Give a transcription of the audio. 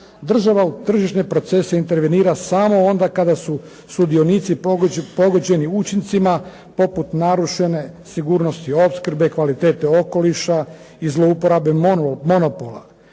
država u tržišne procese intervenira samo onda kada su sudionici pogođene učincima poput narušene sigurnosti opskrbe, kvalitete okoliša i zlouporabe monopola.